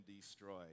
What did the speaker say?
destroyed